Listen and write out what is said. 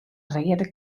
reade